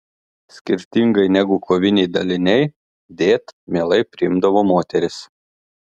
skirtingai negu koviniai daliniai dėt mielai priimdavo moteris